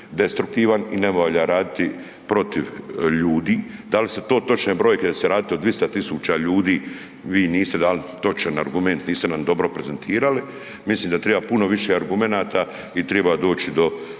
destruktivan i ne valja raditi protiv ljudi. Da li su to točne brojke da će se raditi o 200 000 ljudi, vi niste dali točan argument, niste nam dobro prezentirali. Mislim da triba puno više argumenata i triba doći do,